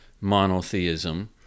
monotheism